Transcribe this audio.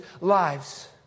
lives